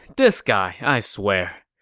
this guy. i swear.